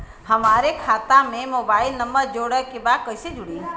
हमारे खाता मे मोबाइल नम्बर जोड़े के बा कैसे जुड़ी?